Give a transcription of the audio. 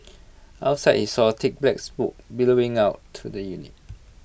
outside he saw thick black billowing out to the unit